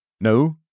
No